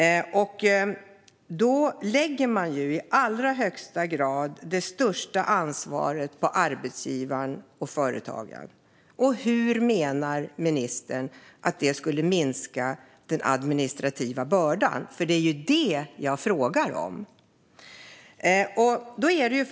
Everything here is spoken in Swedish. Då lägger man i allra högsta grad det största ansvaret på arbetsgivaren och företagaren. Hur menar ministern att det skulle minska den administrativa bördan? Det är det jag frågar om.